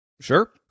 Sure